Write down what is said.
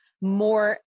more